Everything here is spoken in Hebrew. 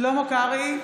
שלמה קרעי,